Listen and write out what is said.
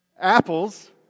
apples